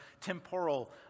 temporal